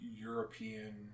European